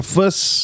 first